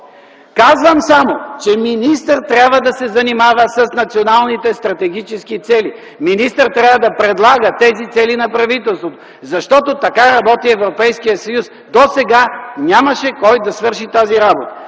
казвам само, че министър трябва да се занимава с националните стратегически цели. Министър трябва да предлага тези цели на правителството, защото така работи Европейският съюз. Досега нямаше кой да свърши тази работа.